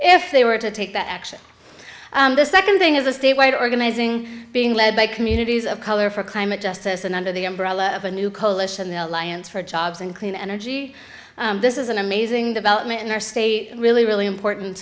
if they were to take that action the second thing is a statewide organizing being led by communities of color for climate justice and under the umbrella of a new coalition the alliance for jobs and clean energy this is an amazing development in our state really really important